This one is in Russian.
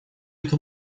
это